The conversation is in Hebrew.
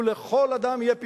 ולכל אדם יהיה פתרון.